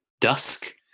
dusk